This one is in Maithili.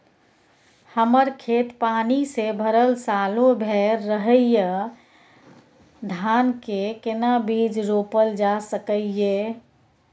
हमर खेत पानी से भरल सालो भैर रहैया, धान के केना बीज रोपल जा सकै ये?